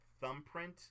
Thumbprint